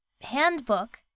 handbook